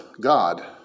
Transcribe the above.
God